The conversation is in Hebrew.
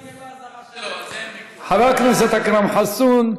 חבר הכנסת אכרם חסון,